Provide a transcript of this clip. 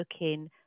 looking